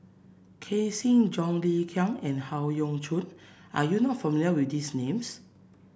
Ken Seet John Le Cain and Howe Yoon Chong are you not familiar with these names